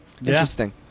Interesting